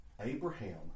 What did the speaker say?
Abraham